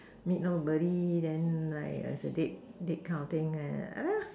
meet nobody then like as a date date kind of thing and I